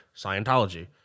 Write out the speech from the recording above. Scientology